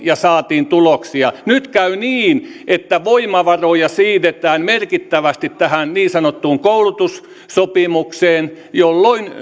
ja saatiin tuloksia nyt käy niin että voimavaroja siirretään merkittävästi tähän niin sanottuun koulutussopimukseen jolloin